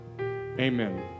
amen